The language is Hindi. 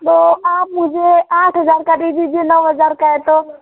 तो आप मुझे आठ हज़ार का दे दीजिए नौ हज़ार का है तो